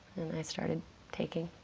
and i started taking.